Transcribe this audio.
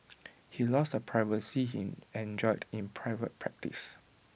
he loses the privacy he enjoyed in private practice